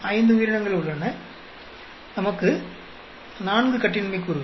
ஐந்து உயிரினங்கள் உள்ளன நமக்கு 4 கட்டின்மை கூறுகள்